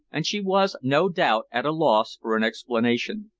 and she was, no doubt, at a loss for an explanation.